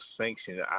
sanctioned